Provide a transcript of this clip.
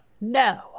No